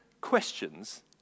questions